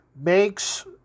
makes